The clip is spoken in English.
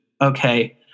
okay